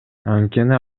анткени